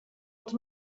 els